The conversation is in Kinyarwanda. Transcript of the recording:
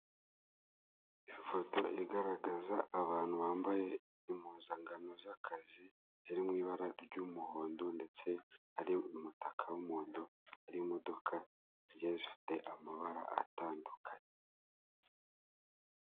Ifoto igaragaza abantu bambaye impuzangano z'akazi ziri mu ibara ry'umuhondo, ndetse hari umutaka w'umuhondo, hari imodoka zigiye zifite amabara atandukanye.